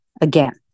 again